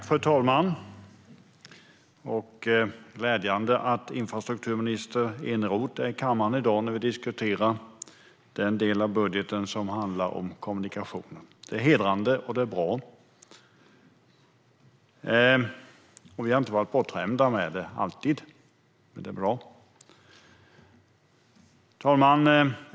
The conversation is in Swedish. Fru talman! Det är glädjande att infrastrukturminister Eneroth är i kammaren i dag när vi diskuterar den del av budgeten som handlar om kommunikation. Det är hedrande och bra. Vi har inte varit bortskämda med det. Fru talman!